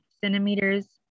centimeters